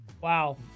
Wow